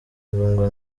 ngombwa